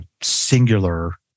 singular